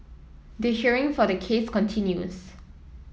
the hearing for the case continues